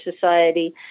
Society